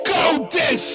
Golden